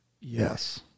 Yes